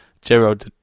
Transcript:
Gerald